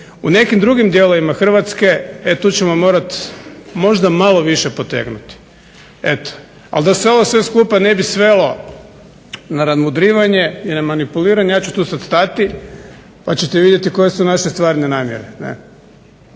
U nekim drugim dijelovima Hrvatske e tu ćemo morati možda malo više potegnuti. Eto. Ali da se sve ovo skupa ne bi svelo na nadmudrivanje i na manipuliranje, ja ću tu sada stati pa ćete vidjeti koje su naše stvarne namjere.